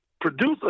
produce